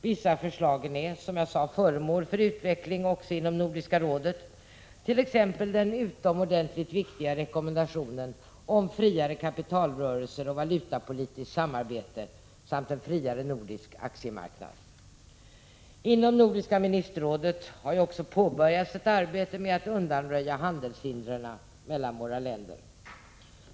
Vissa av förslagen är, som jag sade, föremål för utveckling också inom Nordiska rådet, t.ex. den utomordentligt viktiga rekommendationen om friare kapitalrörelser och valutapolitiskt samarbete samt en friare nordisk aktiemarknad. Inom Nordiska ministerrådet har också påbörjats ett arbete med att undanröja handelshinder mellan våra länder.